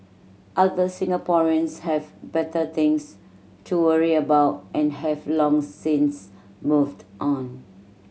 other Singaporeans have better things to worry about and have long since moved on